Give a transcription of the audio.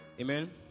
Amen